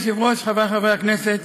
אדוני היושב-ראש, חברי חברי הכנסת,